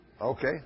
Okay